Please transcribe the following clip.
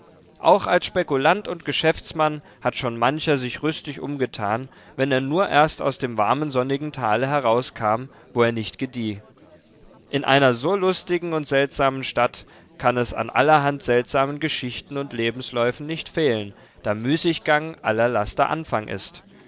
auch als spekulant und geschäftsmann hat schon mancher sich rüstig umgetan wenn er nur erst aus dem warmen sonnigen tale herauskam wo er nicht gedieh in einer so lustigen und seltsamen stadt kann es an allerhand seltsamen geschichten und lebensläufen nicht fehlen da müßiggang aller laster anfang ist